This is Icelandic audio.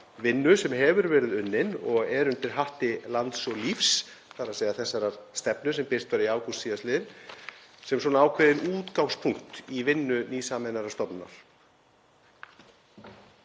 vinnu sem hefur verið unnin og er undir hatti Lands og lífs, þ.e. þessarar stefnu sem birt var í ágúst síðastliðnum sem ákveðinn útgangspunktur í vinnu nýsameinaðrar stofnunar.